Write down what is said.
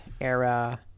era